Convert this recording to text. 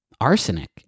arsenic